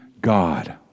God